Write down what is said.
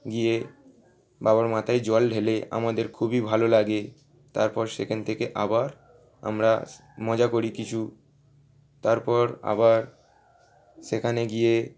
গিয়ে বাবার মাথায় জল ঢেলে আমাদের খুবই ভালো লাগে তারপর সেখান থেকে আবার আমরা মজা করি কিছু তারপর আবার সেখানে গিয়ে